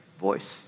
voice